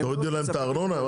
תורידו להם את הארנונה?